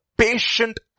Patient